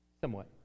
somewhat